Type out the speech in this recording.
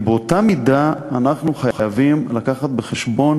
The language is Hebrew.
באותה מידה אנחנו חייבים להביא בחשבון